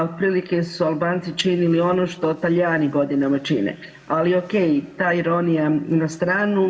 Otprilike su Albanci činili ono što Talijani godinama čine, ali okej ta ironija na stranu.